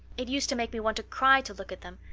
it used to make me want to cry to look at them.